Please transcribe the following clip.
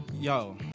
Yo